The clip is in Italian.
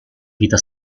vita